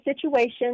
situation